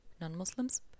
Non-Muslims